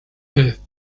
death